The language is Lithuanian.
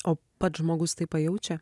o pats žmogus jis tai pajaučia